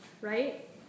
right